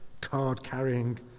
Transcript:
card-carrying